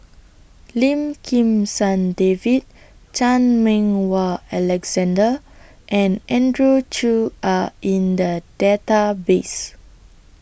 Lim Kim San David Chan Meng Wah Alexander and Andrew Chew Are in The Database